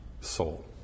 soul